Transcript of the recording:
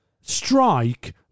strike